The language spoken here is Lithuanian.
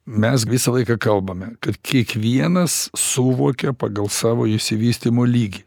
mes visą laiką kalbame kad kiekvienas suvokia pagal savo išsivystymo lygį